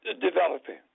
developing